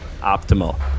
optimal